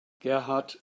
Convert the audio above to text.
gerhard